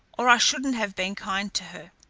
or i shouldn't have been kind to her.